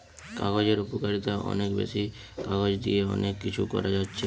কাগজের উপকারিতা অনেক বেশি, কাগজ দিয়ে অনেক কিছু করা যাচ্ছে